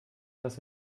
dass